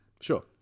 Sure